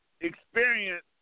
experience